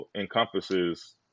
encompasses